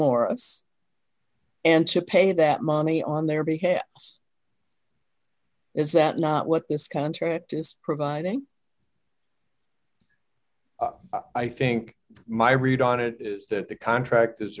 morris and to pay that money on their behalf is that lot what this contract is providing i think my read on it is that the contract